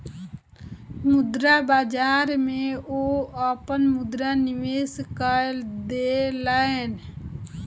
मुद्रा बाजार में ओ अपन मुद्रा निवेश कय देलैन